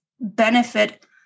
benefit